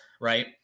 right